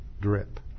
drip